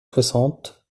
soixante